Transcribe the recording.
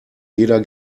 jeder